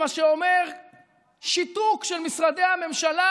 מה שאומר שיתוק של משרדי הממשלה: